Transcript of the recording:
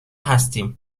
هستیم